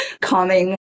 calming